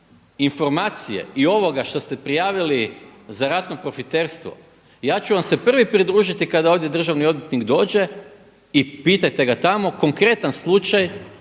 informacije i ovoga što ste prijavili za ratno profiterstvo ja ću vam se prvi pridružiti kada ovdje državni odvjetnik dođe i pitajte ga tamo konkretan slučaj